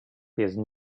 because